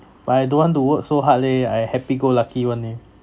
but I don't want to work so hard leh I happy go lucky [one] eh